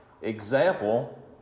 example